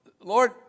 Lord